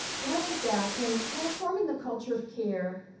one is that in transforming the culture of care,